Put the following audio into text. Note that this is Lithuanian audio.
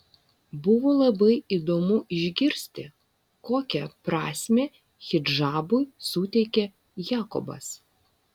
buvo labai įdomu išgirsti kokią prasmę hidžabui suteikia jakobas